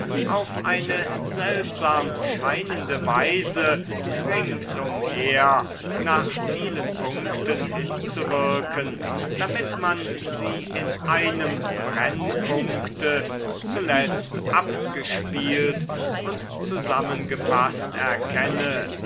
auf eine seltsam scheinende weise ringsumher nach vielen punkten hinzuwirken damit man sie in einem brennpunkte zuletzt abgespielt und zusammengefaßt erkenne